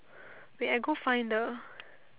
wait I go find the